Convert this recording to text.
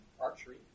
Archery